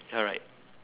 alright